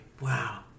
Wow